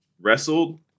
wrestled